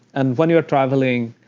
and when you're traveling